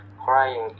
crying